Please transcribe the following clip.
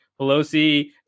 Pelosi